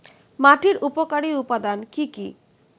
মাটির উপকারী উপাদান কি কি?